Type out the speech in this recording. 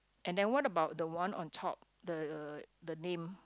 and then what about the one on top the the name